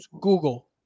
Google